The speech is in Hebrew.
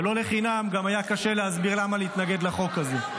ולא לחינם גם היה קשה להסביר למה להתנגד לחוק הזה.